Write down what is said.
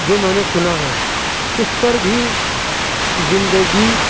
جو میں نے سُنا ہے اِس پر بھی زندگی